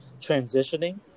transitioning